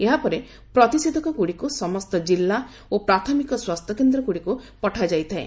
ଏହାପରେ ପ୍ରତିଷେଧକଗୁଡ଼ିକୁ ସମସ୍ତ ଜିଲ୍ଲା ଓ ପ୍ରାଥମିକ ସ୍ୱାସ୍ଥ୍ୟକେନ୍ଦ୍ରଗୁଡ଼ିକୁ ପଠାଯାଇଥାଏ